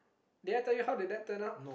did I tell you have did I plan out